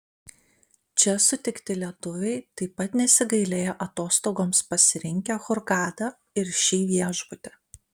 čia sutikti lietuviai taip pat nesigailėjo atostogoms pasirinkę hurgadą ir šį viešbutį